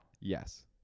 Yes